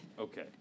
okay